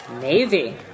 Navy